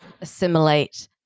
assimilate